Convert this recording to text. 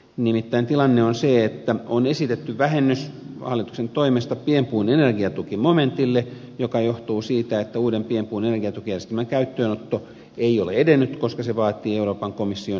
nimittäin tilanne on se että on esitetty vähennys hallituksen toimesta pienpuun energiatukimomentille mikä johtuu siitä että uuden pienpuun energiatukijärjestelmän käyttöönotto ei ole edennyt koska se vaatii euroopan komission hyväksymisen